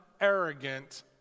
arrogant